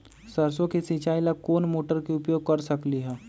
सरसों के सिचाई ला कोंन मोटर के उपयोग कर सकली ह?